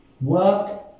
Work